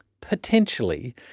potentially